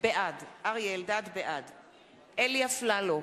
בעד אלי אפללו,